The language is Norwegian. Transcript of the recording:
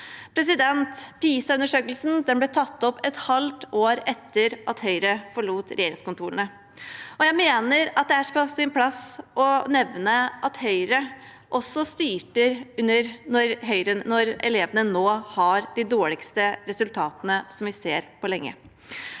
ansvaret. PISA-undersøkelsen ble tatt opp et halvt år etter at Høyre forlot regjeringskontorene, og jeg mener at det er på sin plass å nevne at Høyre også styrte når elevene nå har de dårligste resultatene vi har sett på lenge